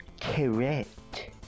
Correct